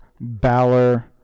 Balor